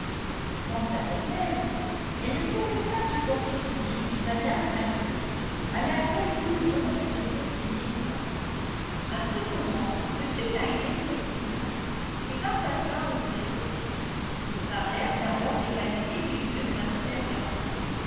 quant à elle-même elle ne pouvait pas supporter l'idée d'une mme knightley à laquelle tout le monde devrait céder le pas à ce moment m knightley se retourna et vint s'asseoir auprès d'elle ils parlèrent d'abord des qualités du jeu de mlle fairfax